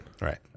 right